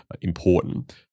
important